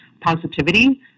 positivity